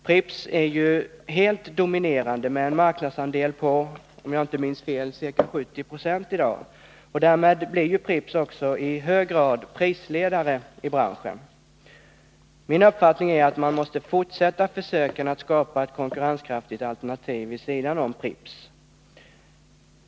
Pripps är ju helt dominerande med en marknadsandel i dag på, om jag inte minns fel, ca 70 90. Därmed blir Pripps också i hög grad prisledande i branschen. Min uppfattning är den, att man måste fortsätta att försöka skapa ett konkurrenskraftigt alternativ vid sidan om Pripps.